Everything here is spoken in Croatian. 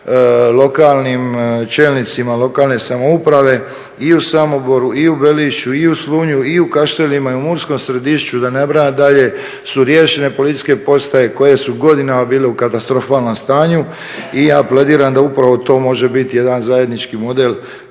lokalnim čelnicima lokalne samouprave, i u Samoboru i u Velišću i u Slunju i u Kaštelima i u …, da ne nabrajam dalje su riješene policijske postaje koje su godinama bile u katastrofalnom stanju i ja … da upravo to može biti jedan zajednički model